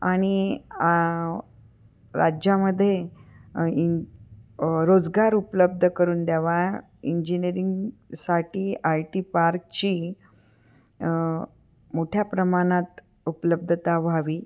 आणि राज्यामध्ये इन रोजगार उपलब्ध करून द्यावा इंजिनिअरिंगसाठी आय टी पार्कची मोठ्या प्रमाणात उपलब्धता व्हावी